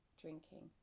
drinking